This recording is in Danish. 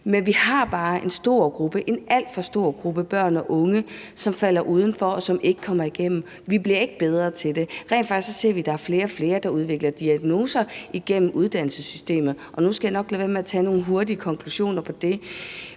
en stor gruppe, en alt for stor gruppe børn og unge, som falder ud, og som ikke kommer igennem. Vi bliver ikke bedre til at håndtere det. Rent faktisk ser vi, at der er flere og flere, der udvikler diagnoser op igennem uddannelsessystemet. Nu skal jeg nok lade være med at drage nogle hurtige konklusioner af det,